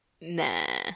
Nah